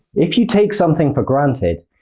if you take something for granted,